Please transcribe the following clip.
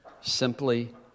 Simply